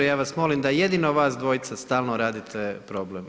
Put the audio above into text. Ja vas molim da jedino vas dvojica stalno radite problem.